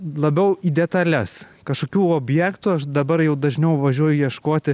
labiau į detales kažkokių objektų aš dabar jau dažniau važiuoju ieškoti